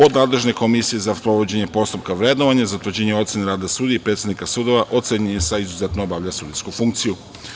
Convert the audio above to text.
Od nadležne komisije za sprovođenje postupka vrednovanja i utvrđivanje ocene rada sudija i predsednika sudova ocenjen je sa „izuzetno obavlja sudijsku funkciju“